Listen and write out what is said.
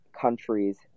countries